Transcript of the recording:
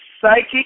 psychic